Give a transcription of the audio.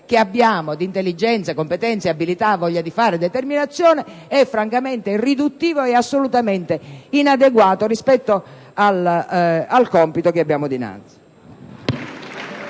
che abbiamo di intelligenza, competenza, abilità, voglia di fare e determinazione, è riduttivo e assolutamente inadeguato al compito che abbiamo dinanzi.